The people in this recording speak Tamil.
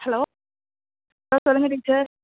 ஹலோ ஆ சொல்லுங்கள் டீச்சர்